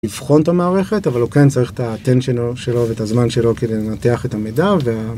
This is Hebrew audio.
‫לבחון את המערכת, אבל הוא כן צריך ‫את האטנשיין שלו ואת הזמן שלו כדי לנתח את המידע ו...